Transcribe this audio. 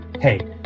Hey